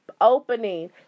opening